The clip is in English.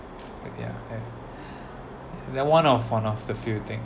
and yeah and that one of one of the few thing